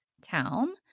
town